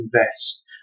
invest